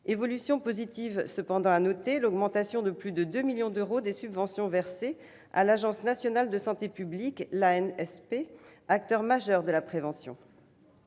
évolution positive à noter : l'augmentation de plus de 2 millions d'euros des subventions versées à l'Agence nationale de santé publique, acteur majeur de la prévention.